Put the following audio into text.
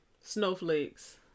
snowflakes